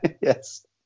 yes